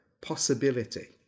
possibility